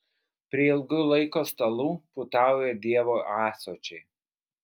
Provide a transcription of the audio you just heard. prie ilgųjų laiko stalų puotauja dievo ąsočiai